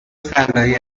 فلاحی